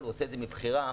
עושים את זה מבחירה,